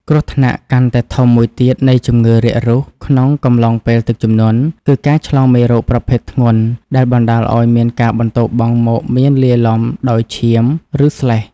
គ្រោះថ្នាក់កាន់តែធំមួយទៀតនៃជំងឺរាករូសក្នុងកំឡុងពេលទឹកជំនន់ គឺការឆ្លងមេរោគប្រភេទធ្ងន់ដែលបណ្តាលឱ្យមានការបន្ទោបង់មកមានលាយឡំដោយឈាម ឬស្លេស។